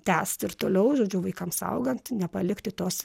tęsti ir toliau žodžiu vaikams augant nepalikti tos